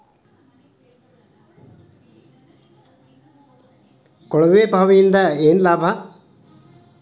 ಕೊಳವೆ ಬಾವಿಯಿಂದ ಏನ್ ಲಾಭಾ?